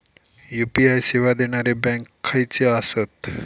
UPI सेवा देणारे bank खयचे आसत?